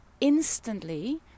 instantly